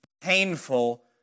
painful